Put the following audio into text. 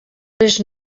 les